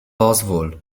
pozwól